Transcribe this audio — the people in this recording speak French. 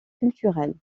culturel